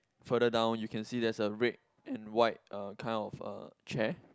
further down you can see there's a red and white uh kind of a chair